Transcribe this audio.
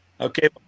Okay